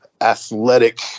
athletic